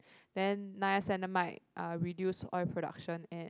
then niacinamide uh reduce oil production and